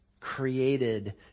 created